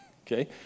Okay